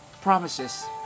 promises